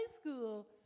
school